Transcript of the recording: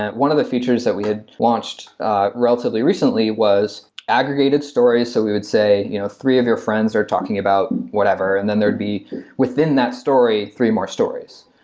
one of the features that we had launched relatively recently was aggregated stories. so we would say you know three of your friends are talking about whatever, and then there'd be within that story three more stories,